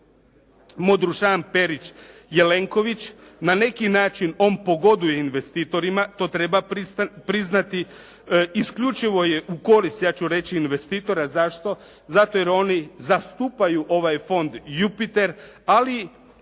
Veljović-Modrušan-Perić-Jelenković. Na neki način on pogoduje investitorima, to treba priznati. Isključivo je u korist ja ću reći investitora. Zašto? Zato jer oni zastupaju ovaj Fond "Jupiter" ali